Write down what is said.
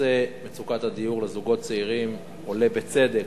נושא מצוקת הדיור של זוגות צעירים עולה, בצדק,